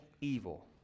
evil